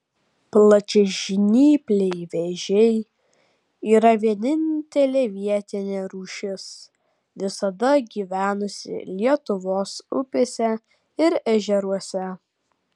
plačiažnypliai vėžiai yra vienintelė vietinė rūšis visada gyvenusi lietuvos upėse ir ežeruose